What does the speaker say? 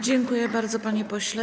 Dziękuję bardzo, panie pośle.